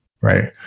right